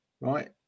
right